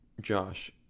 Josh